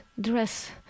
dress